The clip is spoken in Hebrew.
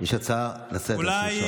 יש לי הצעה דחופה לסדר-יום.